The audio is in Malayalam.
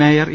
mayor E